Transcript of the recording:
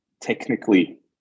technically